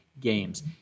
games